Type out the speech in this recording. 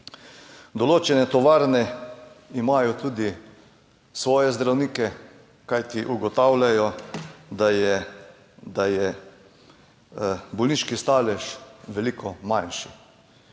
Določene tovarne imajo tudi svoje zdravnike, kajti ugotavljajo, da je bolniški stalež veliko manjši.